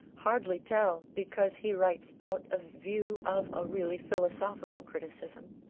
hardly tell, because he writes out of view of a really philosophical criticism.